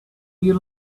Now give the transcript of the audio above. you